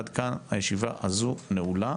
עד כאן, הישיבה הזו נעולה.